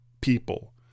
people